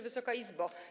Wysoka Izbo!